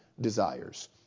desires